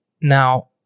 Now